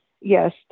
yes